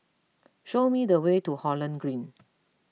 show me the way to Holland Green